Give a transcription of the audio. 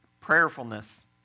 prayerfulness